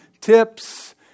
tips